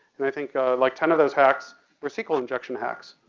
and i think like ten of those hacks were sql injection hacks,